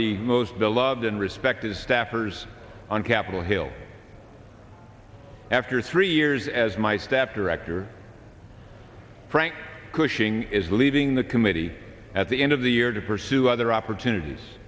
the most beloved and respected staffers on capitol hill after three years as my staff director frank cushing is leaving the committee at the end of the year to pursue other opportunities